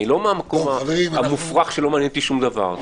אני לא בא מהמקום המופרך שלא מעניין אותי שום דבר.